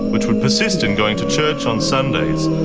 which would persist in going to church on sundays,